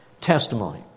Testimony